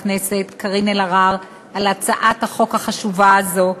הכנסת קארין אלהרר על הצעת החוק החשובה הזאת.